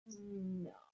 No